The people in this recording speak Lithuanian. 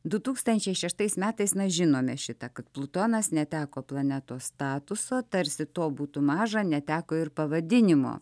du tūkstančiai šeštais metais mes žinome šitą kad plutonas neteko planetos statuso tarsi to būtų maža neteko ir pavadinimo